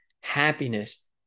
happiness